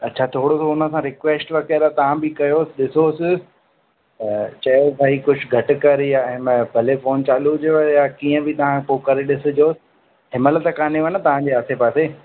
अच्छा थोरो त रिक्वेस्ट वग़ैरह तव्हां बि कयोसि ॾिसोसि त चयोसि भाई कुझु घटि कर या हिम भले फोन चालू हुजेव या कीअं बि तव्हां पोइ करे ॾिसिजो हिनमहिल त कानेव न तव्हां जे आसे पासे